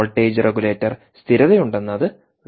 voltage regulator സ്ഥിരത ഉണ്ടെന്ന് അത് വ്യക്തമാക്കുന്നു